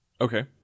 Okay